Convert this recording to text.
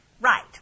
Right